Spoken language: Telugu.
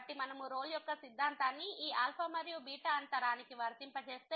కాబట్టి మనము రోల్ యొక్క సిద్ధాంతాన్ని ఈ మరియు అంతరానికి వర్తింపజేస్తే